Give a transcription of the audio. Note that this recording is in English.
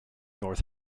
north